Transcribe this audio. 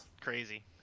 crazy